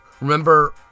Remember